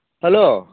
hello